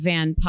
Van